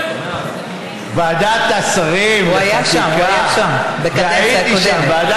הוא היה שם, הוא היה שם בקדנציה הקודמת.